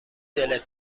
دلت